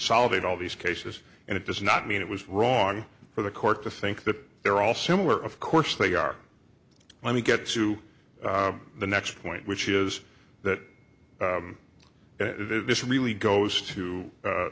consolidate all these cases and it does not mean it was wrong for the court to think that they're all similar of course they are let me get to the next point which is that if this really goes to